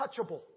touchable